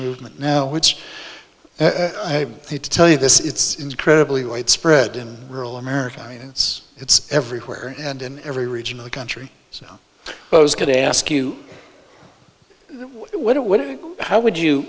movement now which as i hate to tell you this it's incredibly wide spread in rural america i mean it's it's everywhere and in every region of the country so bo's going to ask you what it would how would you